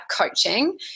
coaching